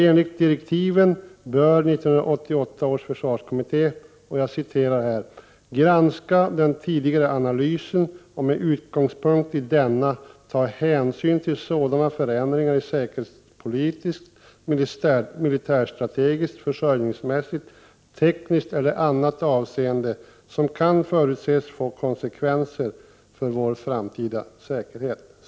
Enligt direktiven bör 1988 års försvarskommitté ”granska den tidigare analysen och med utgångspunkt i denna ta hänsyn till sådana förändringar i säkerhetspolitiskt, militärstrategiskt, försörjningsmässigt, tekniskt eller annat avseende som kan förutses få konsekvenser för vår framtida säkerhet”.